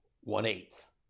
one-eighth